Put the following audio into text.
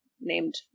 named